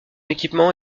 équipement